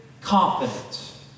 confidence